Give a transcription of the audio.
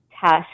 test